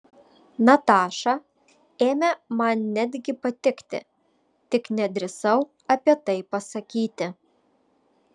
nataša ėmė man netgi patikti tik nedrįsau apie tai pasakyti